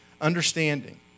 understanding